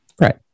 Right